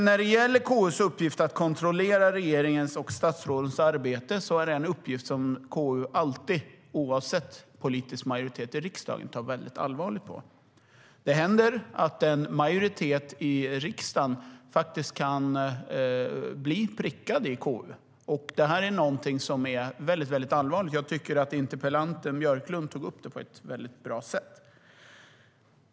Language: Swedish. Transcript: När det gäller KU:s uppgift att kontrollera regeringens och statsrådens arbete är det en uppgift som KU alltid, oavsett politisk majoritet i riksdagen, tar mycket allvarligt på. Det händer att en majoritet i riksdagen faktiskt kan bli prickad i KU. Detta är någonting som är mycket allvarligt. Jag tycker att interpellanten Björklund tog upp det på ett mycket bra sätt.